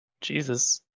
Jesus